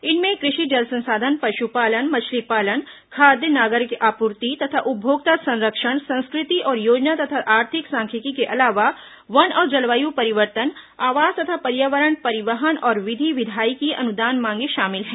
इनमें कृषि जल संसाधन पशुपालन मछलीपालन खाद्य नागरिक आपूर्ति तथा उपभोक्ता संरक्षण संस्कृति और योजना तथा आर्थिक सांख्यिकी के अलावा वन और जलवायु परिवर्तन आवास तथा पर्यावरण परिवहन और विधि विधायी की अनुदान मांगें शामिल हैं